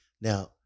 Now